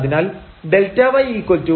അതിനാൽ ΔyfxΔx f